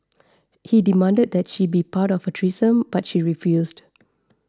he demanded that she be part of a threesome but she refused